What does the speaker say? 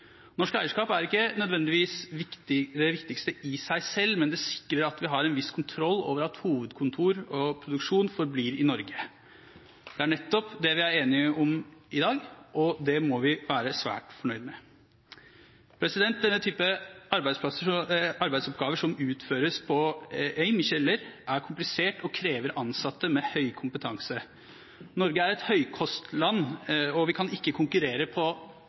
Norsk eierskap er ikke nødvendigvis det viktigste i seg selv, men det sikrer at vi har en viss kontroll over at hovedkontor og produksjon forblir i Norge. Det er nettopp det vi er enige om i dag, og det må vi være svært fornøyd med. Den typen arbeidsoppgaver som utføres på AIM på Kjeller, er komplisert og krever ansatte med høy kompetanse. Norge er et høykostland, og vi kan ikke konkurrere internasjonalt på